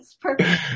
perfect